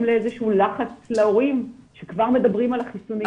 לאיזשהו לחץ על ההורים שכבר מדברים על החיסונים.